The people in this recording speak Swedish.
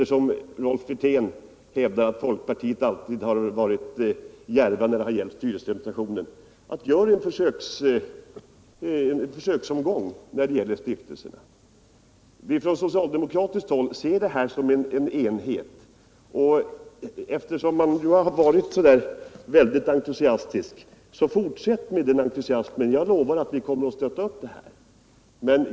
Eftersom Rolf Wirtén hävdar att man i folkpartiet alltid har varit djärv när det gällt styrelserepresentation kan vi väl göra en försöksomgång för stiftelserna! På socialdemokratiskt håll ser vi hela styrelserepresentationen som en enhet. Eftersom man nu har varit så entusiastisk på folkpartihåll vill jag uppmana till fortsatt entusiasm — jag lovar att vi kommer att stötta upp det här förslaget!